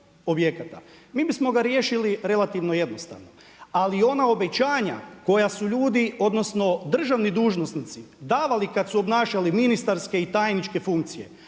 objekata mi bismo ga riješili relativno jednostavno. Ali ona obećanja koja su ljudi, odnosno državni dužnosnici davali kad su obnašali ministarske i tajničke funkcije